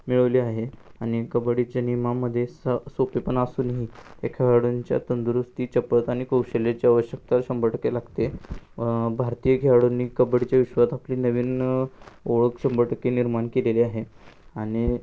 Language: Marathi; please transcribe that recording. मिळवली आहे आणि कबड्डीच्या नियमामध्ये स सोपेपण असूनही या खेळाडूंच्या तंदुरुस्ती चपळता आणि कौशल्याचे आवश्यकता शंभर टक्के लागते भारतीय खेळाडूंनी कबड्डीच्या विश्वात आपली नवीन ओळख शंभर टक्के निर्माण केलेली आहे आणि